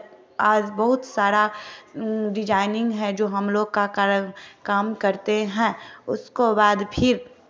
आज बहुत सारा डिजाईनिग है जो हम लोग का कार्य काम करते है उसको बाद फिर